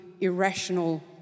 irrational